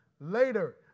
later